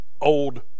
old